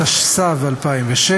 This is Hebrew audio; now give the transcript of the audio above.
התשס"ו 2006,